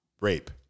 rape